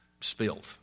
spilled